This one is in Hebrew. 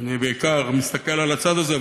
אני בעיקר מסתכל על הצד הזה,